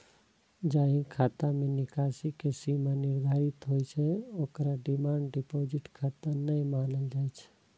जाहि खाता मे निकासी के सीमा निर्धारित होइ छै, ओकरा डिमांड डिपोजिट खाता नै मानल जाइ छै